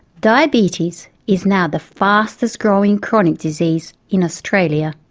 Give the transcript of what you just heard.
diabetes is now the fastest growing chronic disease in australia.